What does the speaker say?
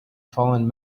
fallen